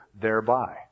thereby